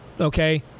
okay